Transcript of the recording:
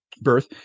birth